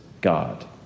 God